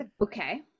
Okay